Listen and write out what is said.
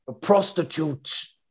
Prostitutes